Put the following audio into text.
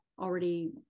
already